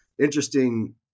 interesting